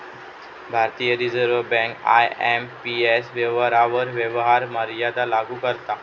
भारतीय Reserve Bank IMPS व्यवहारांवर व्यवहार मर्यादा लागू करता